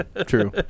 true